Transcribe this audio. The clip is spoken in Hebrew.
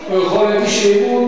הוא יכול להגיש אי-אמון.